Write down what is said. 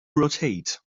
rotate